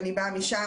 אני באה משם,